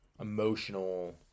emotional –